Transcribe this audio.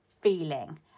feeling